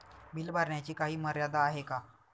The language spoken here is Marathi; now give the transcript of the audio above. बिल भरण्याची काही मर्यादा आहे का?